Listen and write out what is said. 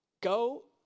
Go